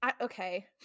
Okay